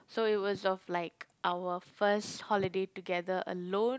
so it was of like our first holiday together alone